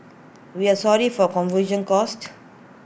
we are sorry for confusion caused